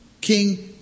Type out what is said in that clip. King